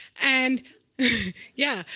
and yeah.